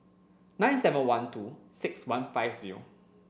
nine seven one two six one five zero